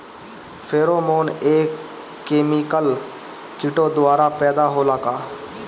Pheromone एक chemical किटो द्वारा पैदा होला का?